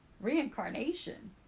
Reincarnation